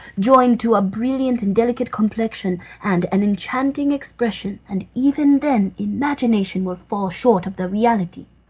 joined to a brilliant and delicate complexion, and an enchanting expression, and even then imagination will fall short of the reality.